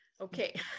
Okay